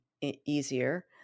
easier